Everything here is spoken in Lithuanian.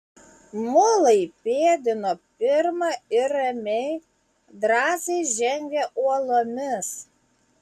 mulai pėdino pirma ir ramiai drąsiai žengė uolomis